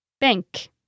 bank